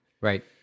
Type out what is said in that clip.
Right